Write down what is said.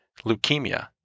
leukemia